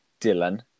Dylan